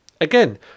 Again